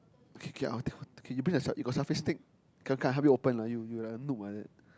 okay okay I will take I okay you bring you got selfie stick okay okay I help you open lah you like noob like that